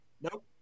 Nope